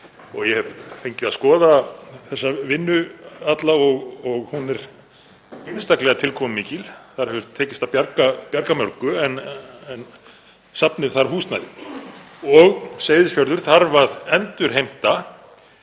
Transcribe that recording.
Ég hef fengið að skoða þessa vinnu alla og hún er einstaklega tilkomumikil. Þar hefur tekist að bjarga mörgu en safnið þarf húsnæði og Seyðisfjörður þarf að endurheimta